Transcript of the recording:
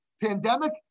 pandemic